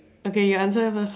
okay you answer her first